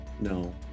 No